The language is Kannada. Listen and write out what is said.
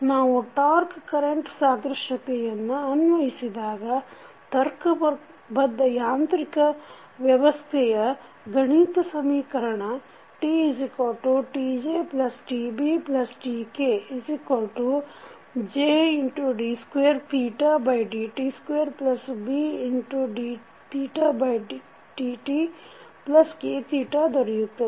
ನಾವು ಟಾಕ್೯ ಕರೆಂಟ್ ಸಾದೃಶ್ಯತೆಯನ್ನು ಅನ್ವಯಿಸಿದಾಗ ತರ್ಕಬದ್ಧ ಯಾಂತ್ರಿಕ ವ್ಯವಸ್ಥೆಯ ಗಣಿತ ಸಮೀಕರಣ TTJTBTKJd2dt2Bdθdtkθ ದೊರೆಯುತ್ತದೆ